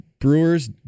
Brewers